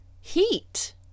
heat